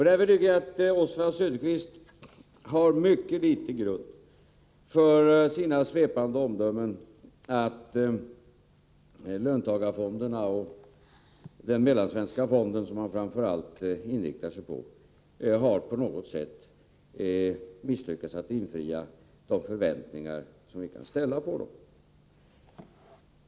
Därför tycker jag att Oswald Söderqvist har mycket liten grund för sina svepande omdömen att löntagarfonderna och Mellansvenska fonden som han framför allt inriktar sig på skulle ha misslyckats att infria de förväntningar vi kan ha på fonderna.